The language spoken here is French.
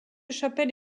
chapelle